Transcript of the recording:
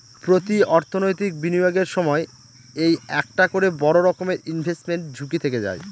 প্রতি অর্থনৈতিক বিনিয়োগের সময় এই একটা করে বড়ো রকমের ইনভেস্টমেন্ট ঝুঁকি থেকে যায়